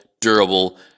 durable